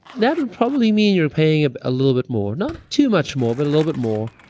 that would probably mean you're paying ah a little bit more, not too much more, but a little bit more.